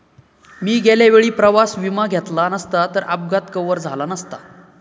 मी गेल्या वेळी प्रवास विमा घेतला नसता तर अपघात कव्हर झाला नसता